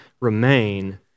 remain